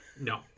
No